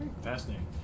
Fascinating